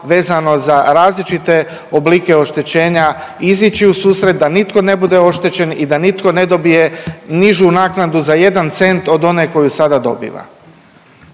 vezano za različite oblike oštećenja izići u susret da nitko ne bude oštećen i da nitko ne dobije nižu naknadu za jedan cent od one koju sada dobiva.